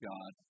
God